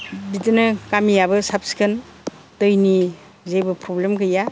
बिदिनो गामियाबो साफ सिखोन दैनि जेबो प्रब्लेम गैया